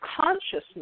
consciousness